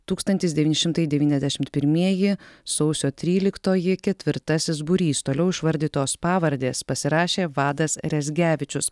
tūkstantis devyni šimtai devyniasdešimt pirmieji sausio tryliktoji ketvirtasis būrys toliau išvardytos pavardės pasirašė vadas rezgevičius